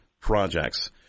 projects